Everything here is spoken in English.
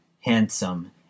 handsome